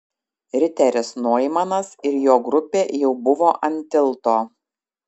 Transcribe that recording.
riteris noimanas ir jo grupė jau buvo ant tilto